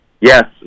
Yes